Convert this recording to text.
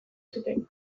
zuten